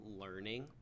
learning